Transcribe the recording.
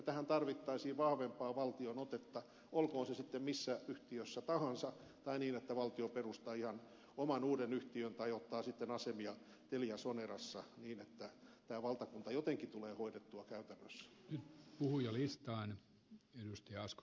tähän tarvittaisiin vahvempaa valtion otetta olkoon se sitten missä yhtiössä tahansa tai niin että valtio perustaa ihan oman uuden yhtiön tai ottaa sitten asemia teliasonerassa niin että tämä valtakunta jotenkin tulee hoidettua käytännössä